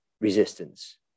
resistance